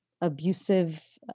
abusive